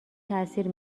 تاثیر